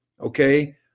okay